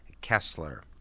Kessler